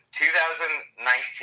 2019